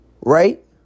right